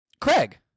Craig